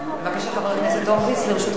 בבקשה, חבר הכנסת הורוביץ, לרשותך שלוש דקות.